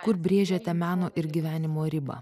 kur brėžiate meno ir gyvenimo ribą